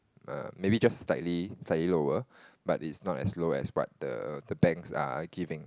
maybe just slightly slightly lower but it's not as low as what the the banks are giving